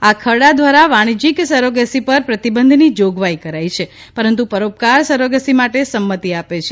આ ખરડા દ્વારા વાણિજ્યિક સેરોગસી પર પ્રતિબંધની જોગવાઇ કરાઇ છે પરંતુ પરોપકાર સેરોગસી માટે સંમતિ આપે છે